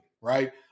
right